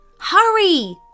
Hurry